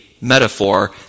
metaphor